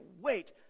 wait